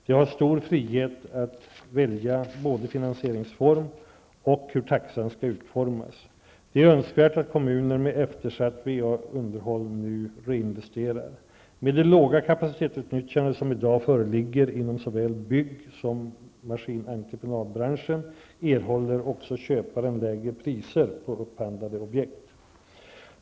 De har stor frihet att välja både formen för finansiering och utformningen av taxan. Det är önskvärt att kommuner med eftersatt VA-underhåll nu reinvesterar. Med det låga kapacitetsutnyttjande som i dag föreligger inom såväl bygg som maskinentreprenadbranschen erhåller också köparen lägre priser på upphandlade objekt.